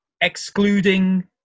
excluding